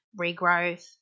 regrowth